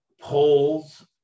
polls